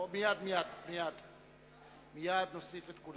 מי שמבקש להשתתף, נא